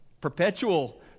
perpetual